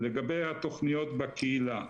לגבי התכניות בקהילה.